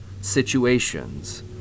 situations